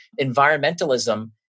environmentalism